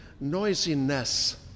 noisiness